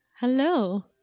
Hello